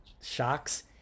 shocks